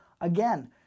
again